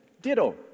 Ditto